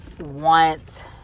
want